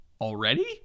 already